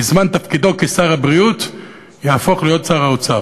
בזמן תפקידו כשר הבריאות יהפוך להיות שר האוצר.